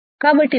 కాబట్టి VGS